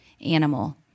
animal